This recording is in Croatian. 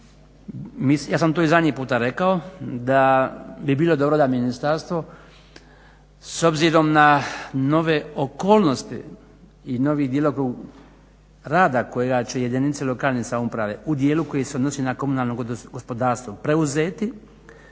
Ja sam to i zadnji puta rekao, da bi bilo dobro da ministarstvo, s obzirom na nove okolnosti i novi djelokrug rada kojega će jedinice lokalne samouprave, u dijelu koji se odnosi na komunalno gospodarstvo preuzeti